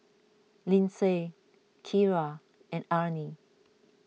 Lyndsay Kyra and Arne